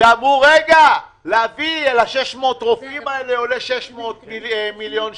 ואמרו שלהביא 600 רופאים עולה 600 מיליון ₪.